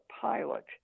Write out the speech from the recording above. pilot